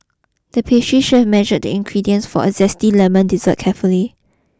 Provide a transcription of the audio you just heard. the pastry chef measured the ingredients for a zesty lemon dessert carefully